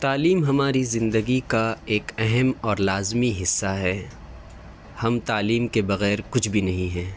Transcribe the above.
تعلیم ہماری زندگی کا ایک اہم اور لازمی حصہ ہے ہم تعلیم کے بغیر کچھ بھی نہیں ہیں